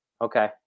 Okay